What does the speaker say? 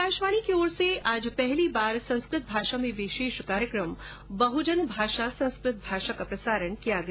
आकाशवाणी की ओर से आज पहली बार संस्कृत भाषा में विशेष कार्यक्रम बहजन भाषा संस्कृत भाषा का प्रसारण किया गया